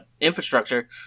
infrastructure